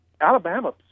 Alabama